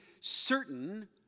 certain